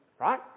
right